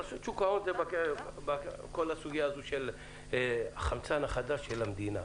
רשות שוק ההון זה בכל הסוגיה של החמצן החדש של המדינה.